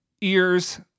ears